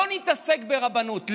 לא נתעסק ברבנות,